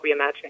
Reimagining